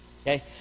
Okay